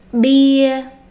beer